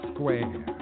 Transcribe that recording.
Square